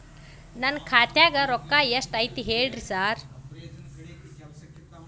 ನನ್ ಖಾತ್ಯಾಗ ರೊಕ್ಕಾ ಎಷ್ಟ್ ಐತಿ ಹೇಳ್ರಿ ಸಾರ್?